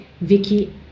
Vicky